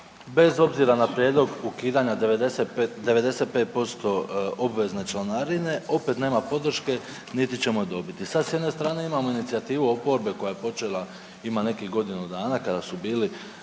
bez obzira na prijedlog ukidanja 95% obvezne članarine. Opet nema podrške, niti ćemo je dobiti. Sad s jedne strane imamo inicijativu oporbe koja je počela ima nekih godinu dana kada su bili